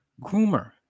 groomer